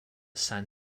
san